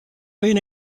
being